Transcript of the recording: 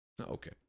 Okay